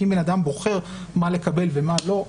כי אם בן אדם בוחר מה לקבל ומה לא,